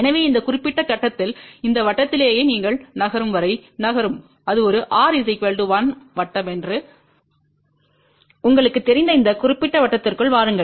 எனவே இந்த குறிப்பிட்ட கட்டத்தில் இந்த வட்டத்திலேயே நீங்கள் நகரும் வரை நகரும் இது ஒரு r 1 வட்டம் என்று உங்களுக்குத் தெரிந்த இந்த குறிப்பிட்ட வட்டத்திற்கு வாருங்கள்